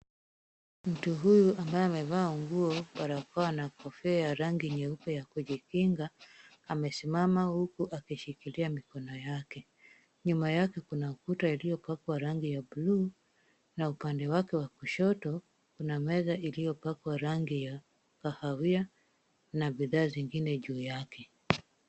Mtu huyu ambaye amevaa nguo, barakoa na kofia ya rangi nyeupe ya kujikinga, amesimama huku akishikilia mikono yake. Nyuma yake kuna kuta iliyopakwa rangi ya blue na upande wake wa kushoto kuna meza iliyopakwa rangi ya kahawia na bidhaa zingine juu yake.